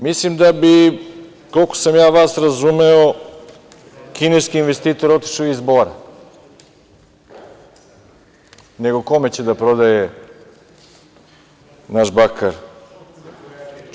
Mislim da bi, koliko sam ja vas razumeo, kineski investitor otišao iz Bora, nego kome će da prodaje naš bakar?